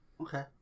Okay